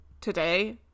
today